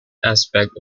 aspect